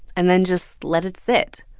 and then just let it sit.